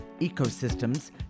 ecosystems